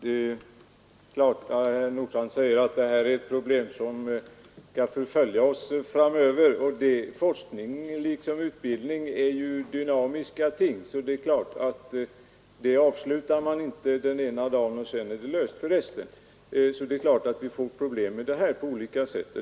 Herr talman! Herr Nordstrandh säger att detta är ett problem som skall förfölja oss framöver. Forskning liksom utbildning är ju dynamiska ting; dem avslutar man inte den ena dagen för att sedan anse frågorna definitivt lösta.